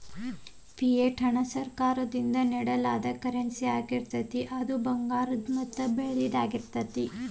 fiat ಹಣ ಸರ್ಕಾರದಿಂದ ನೇಡಲಾದ ಕರೆನ್ಸಿಯಾಗಿರ್ತೇತಿ ಅದು ಭಂಗಾರ ಮತ್ತ ಅಂಥಾ ಸರಕಗಳಿಂದ ಬೆಂಬಲಿತವಾಗಿರಂಗಿಲ್ಲಾ